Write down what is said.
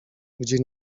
gdzie